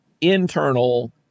internal